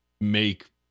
make